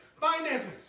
Finances